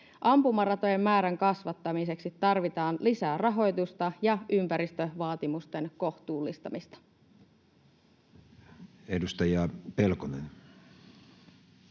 Ampumaratojen määrän kasvattamiseksi tarvitaan lisää rahoitusta ja ympäristövaatimusten kohtuullistamista.